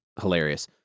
hilarious